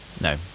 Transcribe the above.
no